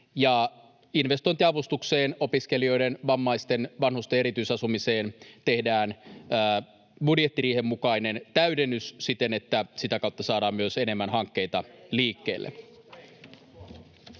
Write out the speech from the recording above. investointiavustukseen opiskelijoiden, vammaisten, vanhusten erityisasumiseen tehdään budjettiriihen mukainen täydennys siten, että sitä kautta saadaan myös enemmän hankkeita liikkeelle.